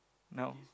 now